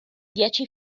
dieci